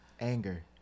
Anger